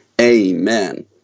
Amen